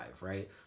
right